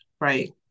right